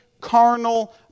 carnal